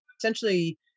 essentially